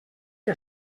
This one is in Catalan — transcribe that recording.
què